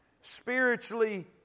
Spiritually